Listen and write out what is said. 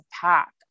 pack